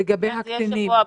יתקיים בשבוע הבא.